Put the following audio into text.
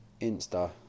Insta